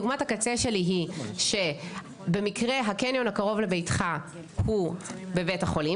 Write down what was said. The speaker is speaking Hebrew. דוגמת הקצה שלי היא שבמקרה הקניון הקרוב לביתך הוא בבית החולים,